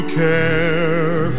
care